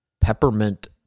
peppermint